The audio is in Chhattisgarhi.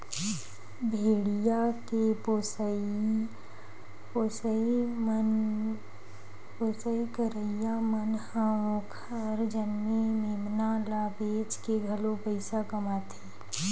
भेड़िया के पोसई करइया मन ह ओखर जनमे मेमना ल बेचके घलो पइसा कमाथे